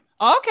Okay